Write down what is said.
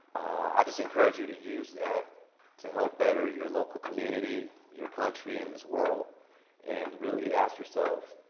i just encourage you to use that to help better your local community, your country, and this world and really ask yourself,